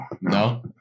No